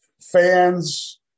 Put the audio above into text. fans